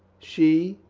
she.